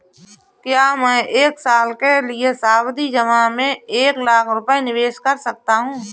क्या मैं एक साल के लिए सावधि जमा में एक लाख रुपये निवेश कर सकता हूँ?